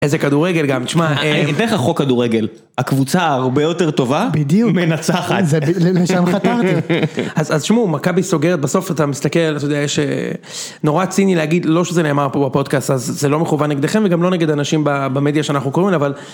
איזה כדורגל גם, תשמע, אין לך חוק לכדורגל, הקבוצה הרבה יותר טובה, מנצחת. בדיוק, למה שם חתרת. אז תשמעו, מכבי סוגרת בסוף, אתה מסתכל, אתה יודע, יש נורא ציני להגיד, לא שזה נאמר פה בפודקאסט, אז זה לא מכוון נגדכם וגם לא נגד האנשים במדיה שאנחנו קוראים לה, אבל...